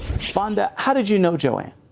wanda, how did you know joanne?